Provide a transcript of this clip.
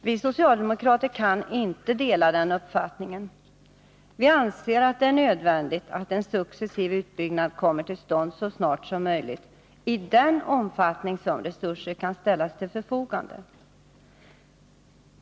Vi socialdemokrater kan inte dela den uppfattningen. Vi anser att det är nödvändigt att en successiv utbyggnad kommer till stånd så snart som möjligt i den omfattning som resurser kan ställas till förfogande.